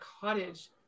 cottage